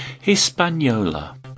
Hispaniola